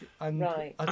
Right